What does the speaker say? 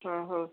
ହଁ ହଉ